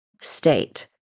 state